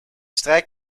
strijk